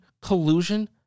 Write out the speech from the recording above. collusion